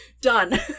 done